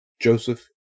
Joseph